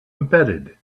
embedded